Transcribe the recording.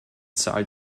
zahl